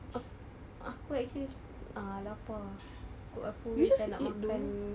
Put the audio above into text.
ak~ aku actually ah lapar aku aku macam nak makan